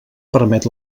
permet